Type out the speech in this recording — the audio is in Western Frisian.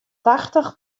tachtich